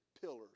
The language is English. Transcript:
pillars